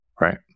right